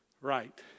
right